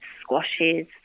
squashes